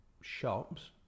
shops